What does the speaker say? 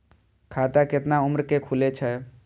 खाता केतना उम्र के खुले छै?